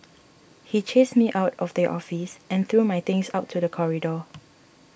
he chased me out of the office and threw my things out to the corridor